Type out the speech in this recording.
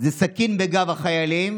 זה סכין בגב החיילים,